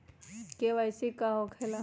KYC का हो के ला?